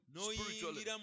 spiritually